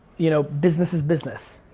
you know, business is business,